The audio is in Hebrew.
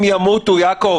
אנשים ימותו, יעקב.